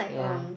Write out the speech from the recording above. yeah